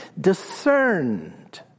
discerned